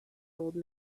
old